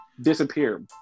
disappear